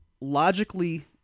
logically